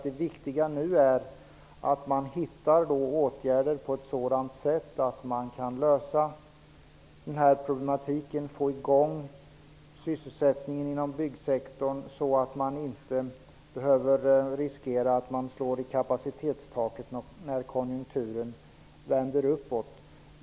Det viktiga nu är att man hittar åtgärder så att man kan lösa den här problematiken och få i gång sysselsättningen inom byggsektorn utan att behöva riskera att man slår i kapacitetstaket när konjunkturen vänder uppåt.